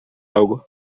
algo